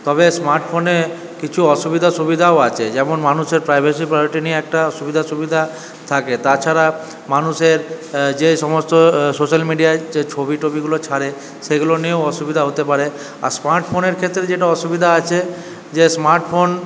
তবে স্মার্টফোনে কিছু অসুবিধা সুবিধাও আছে যেমন মানুষের প্রাইভেসি প্রায়োরিটি নিয়ে একটা সুবিধা অসুবিধা থাকে তাছাড়া মানুষের যে সমস্ত সোশাল মিডিয়ায় যে ছবি টবি গুলো ছাড়ে সেগুলো নিয়ে অসুবিধা হতে পারে আর স্মার্টফোনের ক্ষেত্রে যেটা অসুবিধা আছে যে স্মার্টফোন